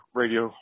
radio